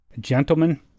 Gentlemen